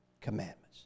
commandments